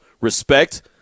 respect